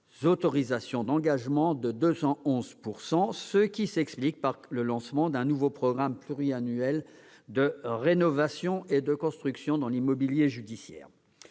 autorisations d'engagement de 211 %, ce qui s'explique par le lancement d'un nouveau programme pluriannuel de rénovation et de construction dans l'immobilier judiciaire.